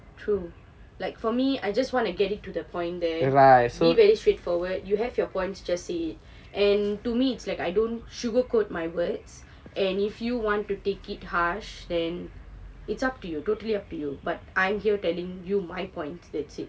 true like for me I just want to get it to the point there be very straightforward you have your points just say it and to me it's like I don't sugar coat my words and if you want to take it harsh then it's up to you totally up to you but I'm here telling you my point that's it